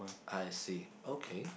I see okay